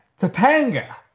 Topanga